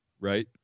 right